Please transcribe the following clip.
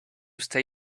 stay